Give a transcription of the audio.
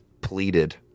pleaded